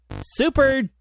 super